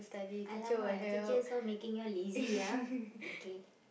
!alamak! your teachers all making you all lazy ah okay